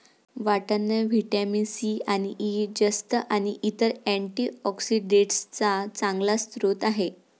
वाटाणा vitamin C आणि E, जस्त आणि इतर अँटीऑक्सिडेंट्सचा चांगला स्रोत आहे